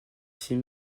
six